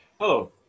Hello